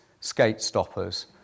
skate-stoppers